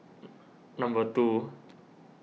number two